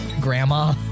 grandma